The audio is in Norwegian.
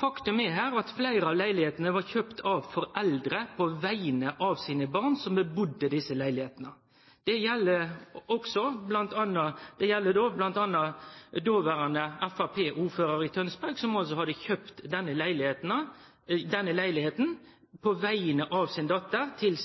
Faktum her er at fleire av leilegheitene var kjøpt av foreldre på vegner av sine barn, som budde i desse leilegheitene. Det gjeld bl.a. dåverande framstegspartiordførar i Tønsberg, som altså hadde kjøpt denne leilegheita på vegner av si dotter – til